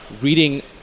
reading